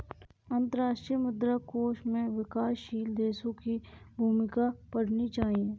अंतर्राष्ट्रीय मुद्रा कोष में विकासशील देशों की भूमिका पढ़नी चाहिए